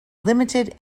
limited